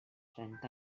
trenta